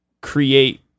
create